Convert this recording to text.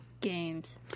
Games